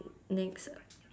next